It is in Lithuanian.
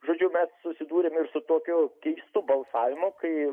žodžiu mes susidūrėm ir su tokiu keistu balsavimu kai